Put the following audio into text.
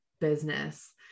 business